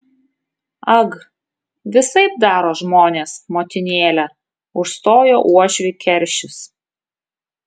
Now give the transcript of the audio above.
ag visaip daro žmonės motinėle užstojo uošvį keršis